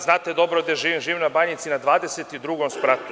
Znate dobro gde živim, živim na Banjici na 22 spratu.